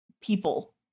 people